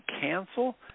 cancel